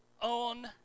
on